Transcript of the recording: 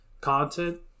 content